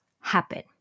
happen